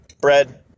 bread